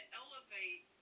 elevate